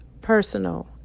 personal